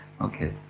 Okay